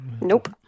Nope